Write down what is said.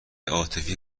عاطفی